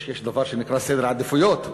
יש דבר שנקרא סדר עדיפויות.